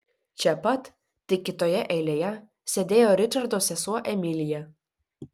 čia pat tik kitoje eilėje sėdėjo ričardo sesuo emilija